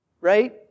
Right